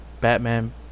Batman